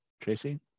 Tracy